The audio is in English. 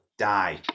die